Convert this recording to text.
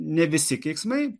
ne visi keiksmai